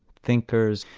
thinkers,